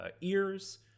ears